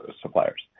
suppliers